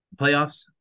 playoffs